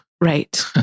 Right